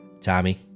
Tommy